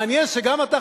מעניין שגם אתה,